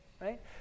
Right